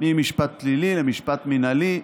ממשפט פלילי למשפט מינהלי.